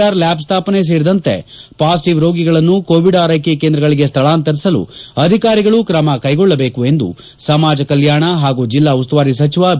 R ಲ್ಚಾಬ್ ಸ್ಥಾಪನೆ ಸೇರಿದಂತೆ ಪಾಸಿಟೀವ್ ರೋಗಿಗಳನ್ನು ಕೋವಿಡ್ ಆರೈಕೆ ಕೇಂದ್ರಗಳಿಗೆ ಸ್ವಳಾಂತರಿಸಲು ಅಧಿಕಾರಿಗಳು ಕ್ರಮ ಕೈಗೊಳ್ಳದೇಕು ಎಂದು ಸಮಾಜ ಕಲ್ಯಾಣ ಹಾಗೂ ಜೆಲ್ಲಾ ಉಸ್ತುವಾರಿ ಸಚಿವ ಬಿ